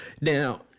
Now